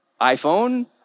iPhone